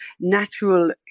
natural